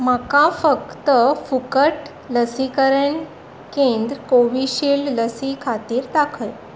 म्हाका फक्त फुकट लसीकरण केंद्र कोवी शिल्ड लसी खातीर दाखय